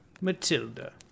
Matilda